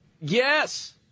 Yes